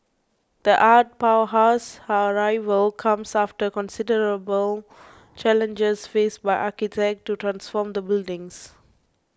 the art powerhouse's arrival comes after considerable challenges faced by architects to transform the buildings